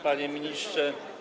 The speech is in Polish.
Panie Ministrze!